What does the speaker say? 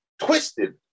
twisted